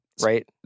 right